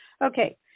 Okay